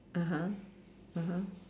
(uh huh) (uh huh)